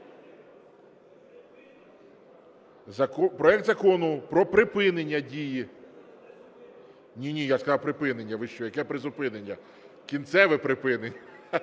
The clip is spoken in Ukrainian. Проект Закону про припинення дії… Ні-ні, я сказав "припинення". Ви що, яке "призупинення"? Кінцеве припинення.